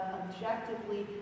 objectively